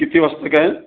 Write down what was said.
किती वाजता कळेल